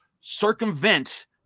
circumvent